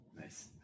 Nice